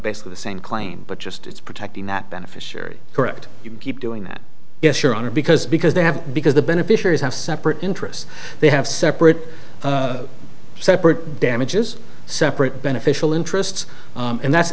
basically the same claim but just it's protecting that beneficiary correct you keep doing that yes your honor because because they have because the beneficiaries have separate interests they have separate separate damages separate beneficial interests and that's